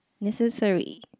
necessary